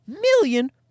million